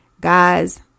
Guys